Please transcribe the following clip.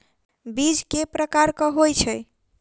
बीज केँ प्रकार कऽ होइ छै?